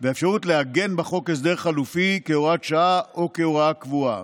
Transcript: והאפשרות לעגן בחוק הסדר חלופי כהוראת שעה או כהוראה קבועה.